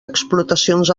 explotacions